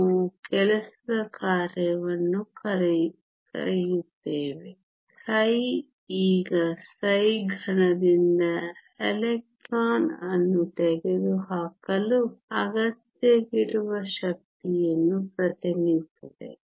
ನಾವು ಕೆಲಸದ ಕಾರ್ಯವನ್ನು ಕರೆಯುತ್ತೇವೆ ψ ಈಗ ψ ಘನದಿಂದ ಎಲೆಕ್ಟ್ರಾನ್ ಅನ್ನು ತೆಗೆದುಹಾಕಲು ಅಗತ್ಯವಿರುವ ಶಕ್ತಿಯನ್ನು ಪ್ರತಿನಿಧಿಸುತ್ತದೆ